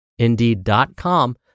indeed.com